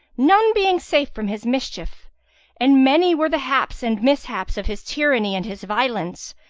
none being safe from his mischief and many were the haps and mishaps of his tyranny and his violence,